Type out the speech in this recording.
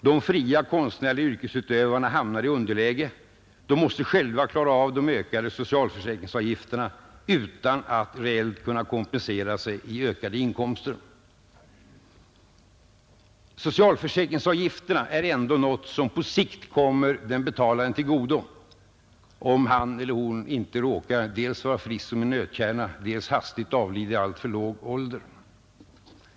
De fria konstnärliga yrkesutövarna hamnade i underläge — de måste själva klara av de ökande socialförsäkringsavgifterna utan att reellt kunna kompensera sig i ökade inkomster. Socialförsäkringsavgifterna är ändå något som på sikt kommer den betalande till godo — om han eller hon inte råkar vara frisk som en nötkärna, eller hastigt avlida i alltför låg ålder.